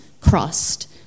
crossed